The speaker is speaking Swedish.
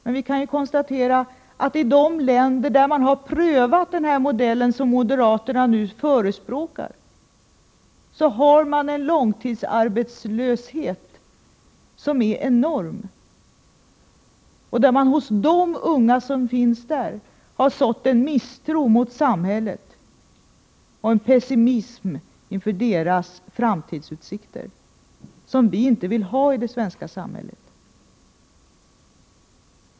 Men vi kan ju konstatera att i länder där man har prövat den modell moderaterna nu förespråkar finns en långtidsarbetslöshet som är enorm. Där har man hos de unga sått en misstro mot samhället och en pessimism inför deras framtida utsikter. Den vill vi inte ha i det svenska samhället.